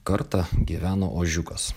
kartą gyveno ožiukas